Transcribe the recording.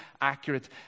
accurate